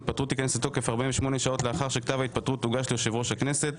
ההתפטרות תיכנס לתוקף 48 שעות לאחר שכתב ההתפטרות הוגש ליושב-ראש הכנסת.